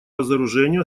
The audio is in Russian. разоружению